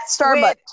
starbucks